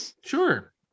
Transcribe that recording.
sure